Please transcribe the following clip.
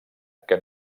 que